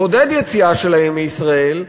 לעודד יציאה שלהם מישראל,